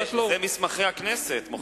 את זה מסמכי הכנסת מוכיחים.